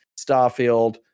Starfield